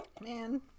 man